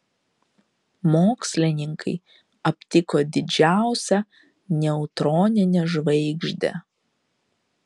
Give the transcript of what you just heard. mokslininkai aptiko didžiausią neutroninę žvaigždę